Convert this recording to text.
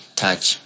touch